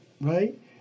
right